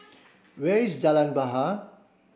where is Jalan Bahar